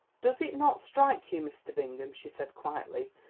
does it not strike you, mr. bingham, she said quietly,